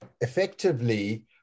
effectively